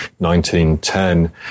1910